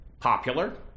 popular